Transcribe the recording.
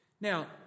Now